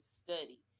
study